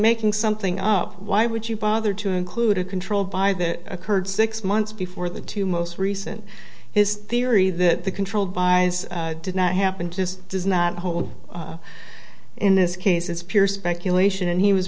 making something up why would you bother to include a control by that occurred six months before the two most recent his theory that the controlled by did not happen just does not hold in this case is pure speculation and he was